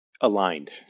aligned